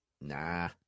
nah